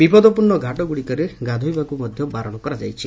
ବିପଦପ୍ରର୍ଷ୍ ଘାଟଗୁଡ଼ିକରେ ଗାଧୋଇବାକୁ ମଧ ବାରଣ କରାଯାଇଛି